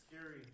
scary